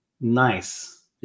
nice